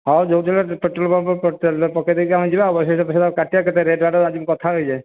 ହଉ ଯେଉଁଦିନ ପେଟ୍ରୋଲ ପମ୍ପରେ ତେଲ ପକେଇଦେଇକି ଆମେ ଯିବା ଆଉ ପଇସା ସେ ବାବଦରେ କାଟିବା ଆଉ କେତେ ରେଟ୍ ଆଡ଼େ ଆଜି ମୁଁ କଥା ହେଇଯାଏ